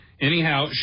Anyhow